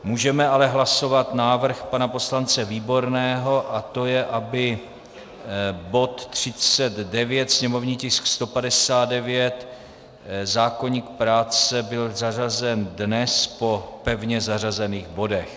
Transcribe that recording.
Můžeme ale hlasovat návrh pana poslance Výborného, aby bod 39, sněmovní tisk 159, zákoník práce, byl zařazen dnes po pevně zařazených bodech.